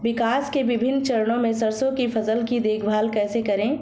विकास के विभिन्न चरणों में सरसों की फसल की देखभाल कैसे करें?